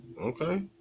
Okay